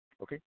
okay